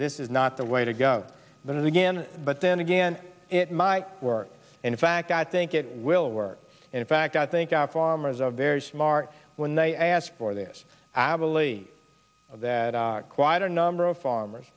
this is not the way to go but again but then again it might work in fact i think it will work in fact i think our farmers are very smart when they ask for this avidly of that quite a number of farmers